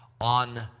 on